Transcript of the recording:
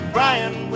Brian